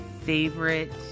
favorite